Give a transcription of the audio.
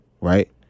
Right